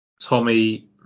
Tommy